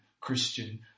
Christian